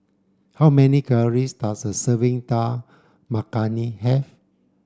how many calories does a serving Dal Makhani have